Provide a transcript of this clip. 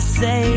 say